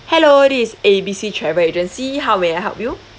hello this is A B C travel agency how may I help you